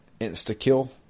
insta-kill